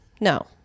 No